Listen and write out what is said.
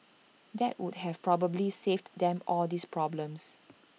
that would have probably saved them all these problems